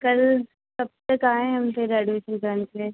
कल कब तक आएँ हम फिर एडमीसन कराने के लिए